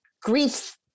grief